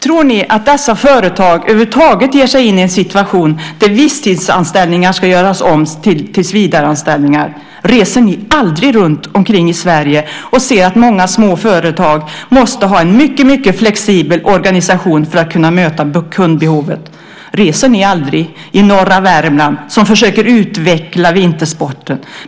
Tror ni att de företagen över huvud taget ger sig in i en situation där visstidsanställningar ska göras om till tillsvidareanställningar? Reser ni aldrig omkring i Sverige och ser att många små företag måste ha en mycket flexibel organisation för att kunna möta kundbehovet? Reser ni aldrig i norra Värmland som försöker utveckla vintersporten?